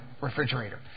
refrigerator